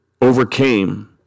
overcame